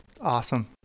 awesome